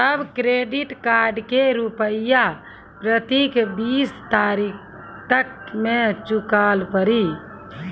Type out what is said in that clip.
तब credit card के रूपिया प्रतीक बीस तारीख तक मे चुकल पड़ी?